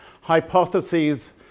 hypotheses